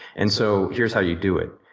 and so here's how you do it.